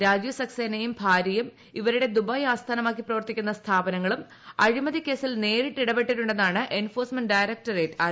രാജീവ് സക്സേനയും ഭാര്യയും ഇവരുടെ ദുബായ് ആസ്ഥാനമായി പ്രവർത്തിക്കുന്ന സ്ഥാപനങ്ങളും അഴിമതി കേസിൽ നേരിട്ട് ഇടപ്പെട്ടിട്ടുണ്ടെന്നാണ് എൻഫോഴ്സ്മെന്റ് ഡയറക്ട്രേറ്റ് ആരോപിക്കുന്നത്